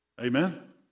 Amen